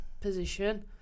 position